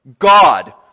God